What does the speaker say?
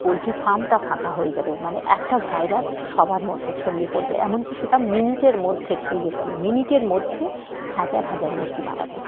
poultry ফার্মটা ফাঁকা হয়ে যাবে মানে একটা ভাইরাস সবার মধ্যে ছড়িয়ে পড়বে এমনকি সেটা মিনিটের মধ্যে ছড়িয়ে পড়ে মিনিটের মধ্যে হাজার হাজার মুরগি মারা যায়